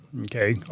Okay